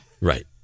Right